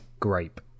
grape